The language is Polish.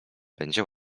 będzie